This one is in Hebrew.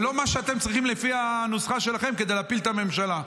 ולא מה שאתם צריכים לפי הנוסחה שלכם כדי להפיל את הממשלה.